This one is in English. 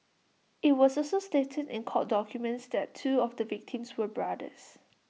IT was also stated in court documents that two of the victims were brothers